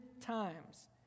times